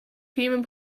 human